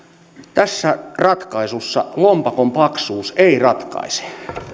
tässä ratkaisussa lompakon paksuus ei ratkaise